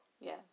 Yes